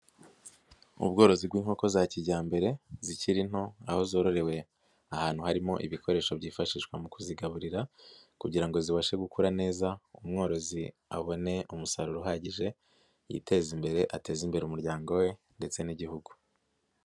Ubworozi bw'inkoko za cyijyambere zikiri nto ,aho zororewe ahantu harimo ibikoresho byifashishwa mu kuzigaburira, kugira ngo zibashe gukura neza umworozi abone umusaruro uhagije ,yiteza imbere ateze imbere umuryango we ,ndetse n'igihugu.